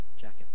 jacket